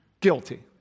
guilty